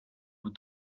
what